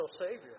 Savior